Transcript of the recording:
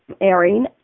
airing